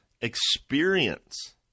experience